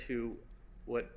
to what